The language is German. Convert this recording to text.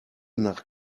nach